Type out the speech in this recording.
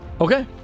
Okay